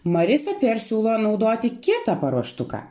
marisa peer siūlo naudoti kitą paruoštuką